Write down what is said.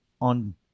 on